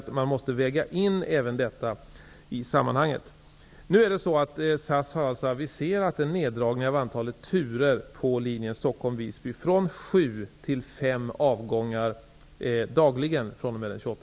28 mars av antalet turer på linjen Stockholm--Visby från sju till fem avgångar dagligen.